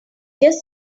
just